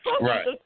Right